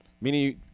Meaning